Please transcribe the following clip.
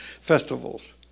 festivals